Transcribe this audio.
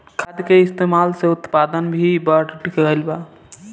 खाद के इस्तमाल से उत्पादन भी बढ़ गइल बा